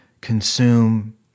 consume